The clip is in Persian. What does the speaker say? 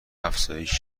افزایشی